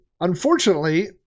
Unfortunately